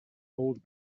old